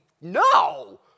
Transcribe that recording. No